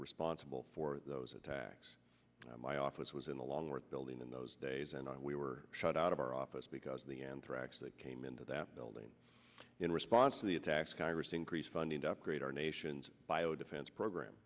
responsible for those attacks my office was in the longworth building in those days and we were shut out of our office because of the anthrax that came into that building in response to the attacks congress increased funding to upgrade our nation's bio defense program